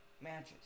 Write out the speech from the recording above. matches